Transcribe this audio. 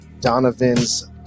Donovan's